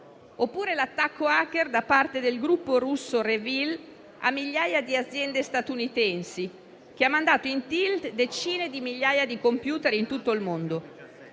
Oppure l'attacco *hacker* da parte del gruppo russo Revil a migliaia di aziende statunitensi, che ha mandato in *tilt* decine di migliaia di *computer* in tutto il mondo.